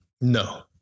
No